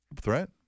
Threat